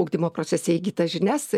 ugdymo procese įgytas žinias